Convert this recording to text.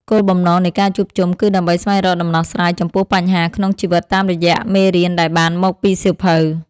គោលបំណងនៃការជួបជុំគឺដើម្បីស្វែងរកដំណោះស្រាយចំពោះបញ្ហាក្នុងជីវិតតាមរយៈមេរៀនដែលបានមកពីសៀវភៅ។